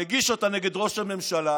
מגיש אותה נגד ראש הממשלה,